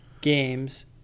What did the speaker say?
games